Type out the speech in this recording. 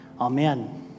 Amen